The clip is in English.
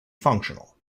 functional